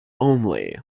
only